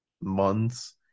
months